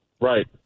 Right